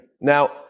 Now